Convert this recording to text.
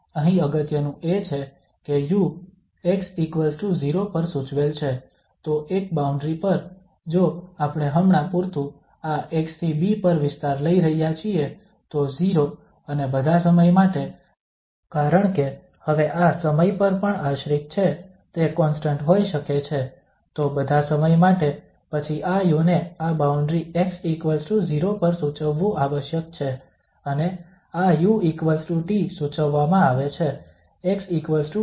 અહીં અગત્યનું એ છે કે u x0 પર સૂચવેલ છે તો એક બાઉન્ડ્રી પર જો આપણે હમણાં પૂરતું આ x થી b પર વિસ્તાર લઈ રહ્યા છીએ તો 0 અને બધા સમય માટે કારણ કે હવે આ સમય પર પણ આશ્રિત છે તે કોન્સ્ટંટ હોઈ શકે છે તો બધા સમય માટે પછી આ u ને આ બાઉન્ડ્રી x0 પર સૂચવવું આવશ્યક છે અને આ uT સૂચવવામાં આવે છે xb પર